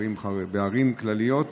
בערים כלליות,